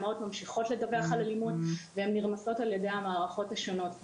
האימהות ממשיכות לדווח על אלימות והן נרמסות על ידי המערכות השונות.